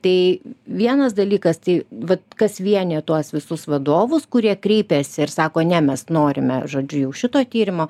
tai vienas dalykas tai vat kas vienija tuos visus vadovus kurie kreipėsi ir sako ne mes norime žodžiu jau šito tyrimo